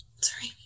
sorry